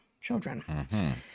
children